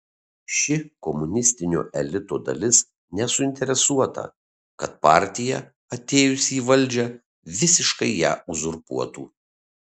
ši komunistinio elito dalis nesuinteresuota kad partija atėjusi į valdžią visiškai ją uzurpuotų